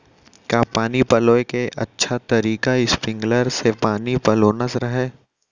का पानी पलोय के अच्छा तरीका स्प्रिंगकलर से पानी पलोना हरय?